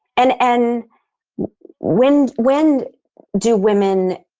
and and when, when do women